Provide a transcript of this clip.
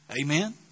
Amen